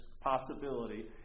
possibility